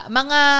mga